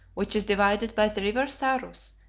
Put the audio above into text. which is divided by the river sarus,